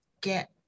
get